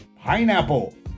Pineapple